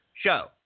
show